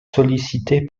sollicitée